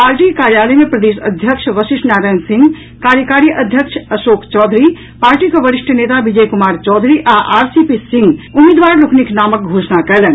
party कार्यालय मे प्रदेश अध्यक्ष वशिष्ठ नारायण सिंह कार्यकारी अध्यक्ष अशोक चौधरी पार्टीक वरिष्ठ नेता विजय कुमार चौधरी आ आरसीपी सिंह उम्मीदवार लोकनिक नामक घोषणा कयलनि